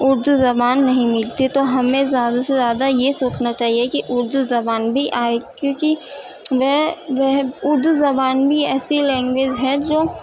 اردو زبان نہیں ملتی تو ہمیں زیادہ سے زیادہ یہ سوچنا چاہیے کہ اردو زبان بھی آئے کیوں کہ وہ وہ اردو زبان بھی ایسی لینگویج ہے جو